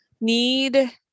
need